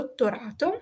dottorato